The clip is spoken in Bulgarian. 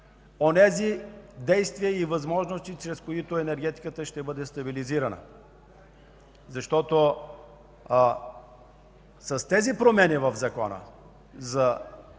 онези действия и възможности, чрез които енергетиката ще бъде стабилизирана – с тези промени в закона, промените